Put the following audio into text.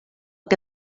que